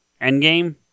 Endgame